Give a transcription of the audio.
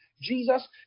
Jesus